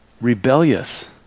rebellious